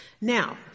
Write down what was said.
Now